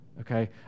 Okay